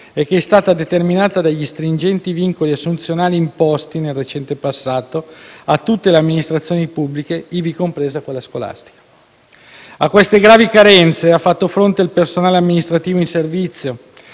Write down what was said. e che è stata determinata dagli stringenti vincoli assunzionali imposti, nel recente passato, a tutte le amministrazioni pubbliche, ivi compresa quella scolastica. A queste gravi carenze ha fatto fronte il personale amministrativo in servizio.